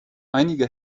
einige